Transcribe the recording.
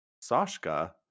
Sashka